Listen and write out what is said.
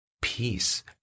peace